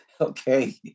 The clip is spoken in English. Okay